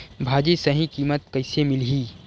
भाजी सही कीमत कइसे मिलही?